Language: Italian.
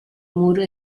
mura